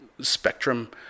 spectrum